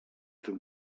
tym